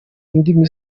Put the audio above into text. indimi